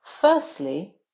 firstly